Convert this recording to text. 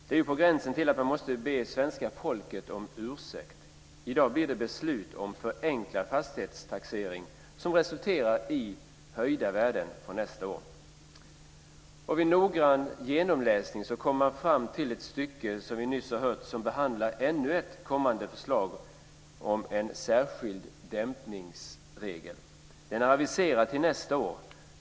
Det är ju på gränsen till att man måste be svenska folket om ursäkt. I dag blir det beslut om förenklade fastighetstaxeringar som resulterar i höjda värden från nästa år. Vid noggrann genomläsning kommer man fram till ett stycke som behandlar ännu ett kommande förslag om en särskild dämpningsregel. Den är aviserad till nästa år.